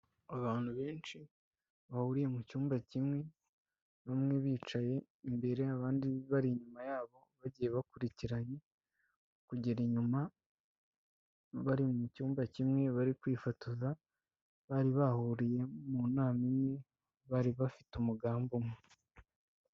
Abantu benshi bahuriye mu cyumba kimwe bamwe bicaye imbere abandi bari inyuma yabo bagiye bakurikiranye, kugera inyuma bari mu cyumba kimwe bari kwifotoza bari bahuriye mu nama imwe bari bafite umugambi umwe.